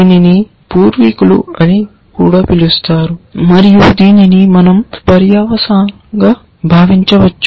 దీనిని పూర్వీకులు అని కూడా పిలుస్తారు మరియు దీనిని మనం పర్యవసానంగా భావించవచ్చు